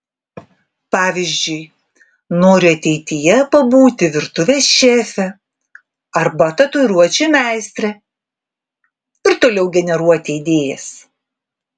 pavyzdžiui noriu ateityje pabūti virtuvės šefe arba tatuiruočių meistre ir toliau generuoti idėjas